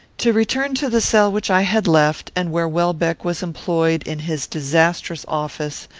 to return to the cell which i had left, and where welbeck was employed in his disastrous office,